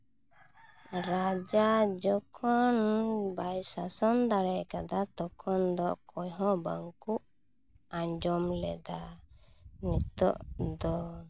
ᱨᱟᱡᱟ ᱡᱚᱠᱷᱚᱱ ᱵᱟᱭ ᱥᱟᱥᱚᱱ ᱫᱟᱲᱮᱣ ᱠᱟᱫᱟ ᱛᱚᱠᱷᱚᱱ ᱫᱚ ᱚᱠᱚᱭ ᱦᱚᱸ ᱵᱟᱝ ᱠᱚ ᱟᱸᱡᱚᱢ ᱞᱮᱫᱟ ᱱᱤᱛᱚᱜ ᱫᱚ